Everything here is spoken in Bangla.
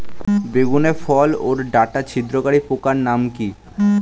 বেগুনের ফল ওর ডাটা ছিদ্রকারী পোকার নাম কি?